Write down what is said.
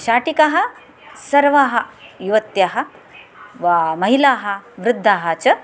शाटिकाः सर्वाः युवत्यःवा महिलाः वृद्धाः च